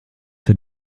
für